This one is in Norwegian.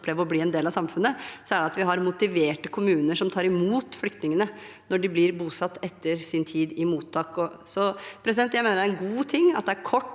og oppleve å bli en del av samfunnet, er det at vi har motiverte kommuner som tar imot flyktningene når de blir bosatt etter sin tid i mottak. Jeg mener det er en god ting at det er kort